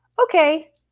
okay